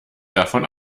davon